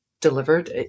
delivered